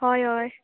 होय होय